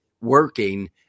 working